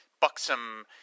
buxom